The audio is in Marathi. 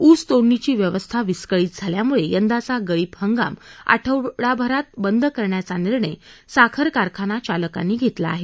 ऊस तोडणीची व्यवस्था विस्कळीत झाल्यामुळे यंदाचा गळीत हंगाम आठवडाभरात बंद करण्याचा निर्णय साखर कारखाना चालकांनी घेतला आहे